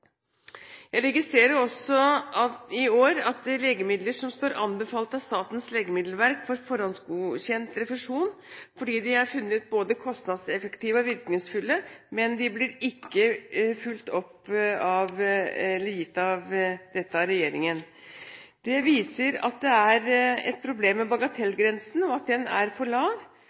Jeg registrerer også at i år får legemidler som er anbefalt av Statens legemiddelverk, forhåndsgodkjent refusjon, fordi de er funnet både kostnadseffektive og virkningsfulle, men dette blir ikke fulgt opp av regjeringen. Dette viser at det er et problem med bagetellgrensen, og at den er for lav.